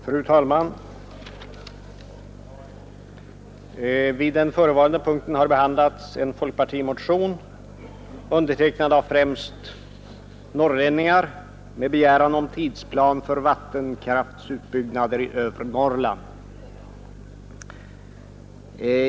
Fru talman! Vid den förevarande punkten har behandlats en folkpartimotion undertecknad av främst norrlänningar med begäran om tidsplan för vattenkraftsutbyggnader i övre Norrland.